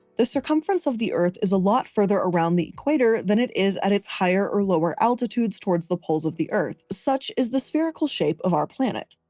the circumference of the earth is a lot further around the equator than it is at its higher or lower altitudes towards the poles of the earth. such as the spherical shape of our planet.